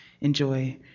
enjoy